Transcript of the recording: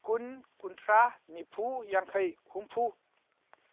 ꯀꯨꯟ ꯀꯨꯟꯊ꯭ꯔꯥ ꯅꯤꯐꯨ ꯌꯥꯡꯈꯩ ꯍꯨꯝꯐꯨ